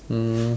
um